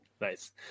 Nice